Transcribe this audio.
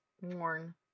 worn